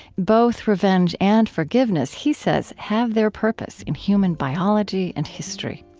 both revenge and forgiveness, he says, have their purpose in human biology and history.